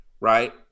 Right